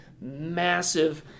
massive